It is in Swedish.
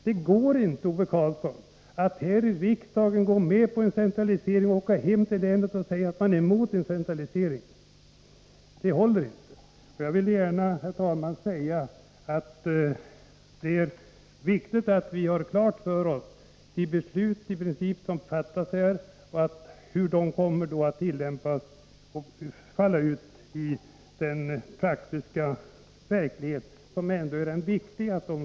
Det går inte, Ove Karlsson, att här i riksdagen gå med på en centralisering och sedan åka hem till länet och säga att man är emot en centralisering. Det håller inte. Jag vill gärna, herr talman, säga att det är viktigt att vi har klart för oss vilka beslut som i princip fattas här och hur de kommer att tillämpas och utfalla i den praktiska verklighet som de ändå skall fungera i.